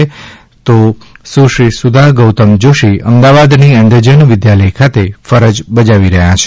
જયારે સુશ્રી સુધા ગૌતમ જોષી અમદાવાદની અંધજન વિદ્યાલય ખાતે ફરજ બજાવી રહ્યા છે